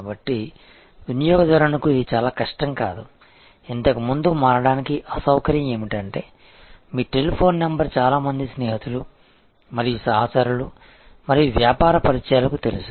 కాబట్టి వినియోగదారునికు ఇది చాలా కష్టం కాదు ఇంతకు ముందు మారడానికి అసౌకర్యం ఏమిటంటే మీ టెలిఫోన్ నంబర్ చాలా మంది స్నేహితులు మరియు సహచరులు మరియు వ్యాపార పరిచయాలకు తెలుసు